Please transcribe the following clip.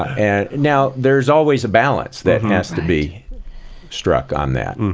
and now there's always a balance that has to be struck on that, and